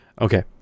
Okay